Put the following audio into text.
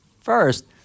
first